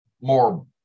more